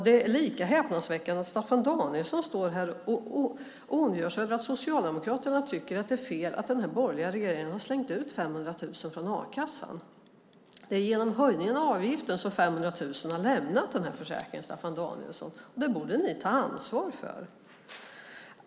Det är lika häpnadsväckande att Staffan Danielsson står här och ondgör sig över att Socialdemokraterna tycker att det är fel att den borgerliga regeringen har slängt ut 500 000 från a-kassan. Det är på grund av höjningen av avgiften som 500 000 har lämnat försäkringen, Staffan Danielsson. Det borde ni ta ansvar för.